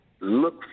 look